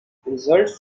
results